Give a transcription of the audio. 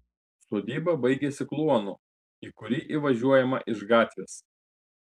sodyba baigiasi kluonu į kurį įvažiuojama iš gatvės